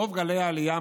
רוב גלי העלייה,